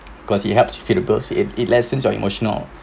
cause it helps if people it lessen your emotional